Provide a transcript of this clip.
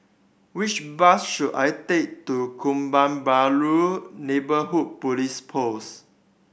which bus should I take to Kebun Baru Neighbourhood Police Post